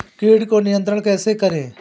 कीट को नियंत्रण कैसे करें?